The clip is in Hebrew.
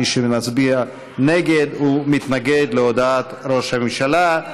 מי שמצביע נגד, הוא מתנגד להודעת ראש הממשלה.